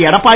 Edappadi